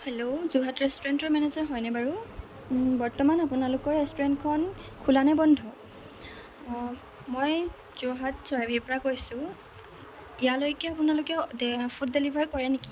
hello Jorhat ৰেষ্টুৰেণ্টৰ manager হয়নে বাৰু বৰ্তমান আপোনালোকৰ ৰেষ্টুৰেণ্টখন খোলা নে বন্ধ মই যোৰহাট চৰাইবাহিৰপৰা কৈছোঁ ইয়ালৈকে আপোনালোকে ফুড ডেলিভাৰ কৰে নেকি